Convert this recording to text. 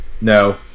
No